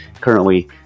currently